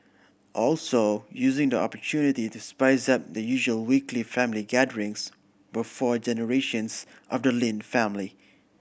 also using the opportunity to spice up the usual weekly family gatherings were four generations of the Lin family